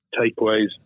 takeaways